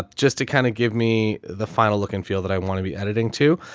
ah just to kind of give me the final look and feel that i want to be editing too.